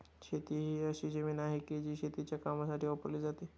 शेती ही अशी जमीन आहे, जी शेतीच्या कामासाठी वापरली जाते